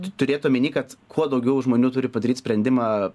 turėt omeny kad kuo daugiau žmonių turi padaryt sprendimą